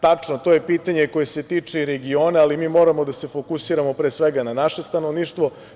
Tačno, to je pitanje koje se tiče i regiona, ali mi moramo da se fokusiramo pre svega na naše stanovništvo.